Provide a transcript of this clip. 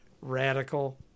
radical